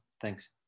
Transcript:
Thanks